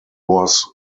was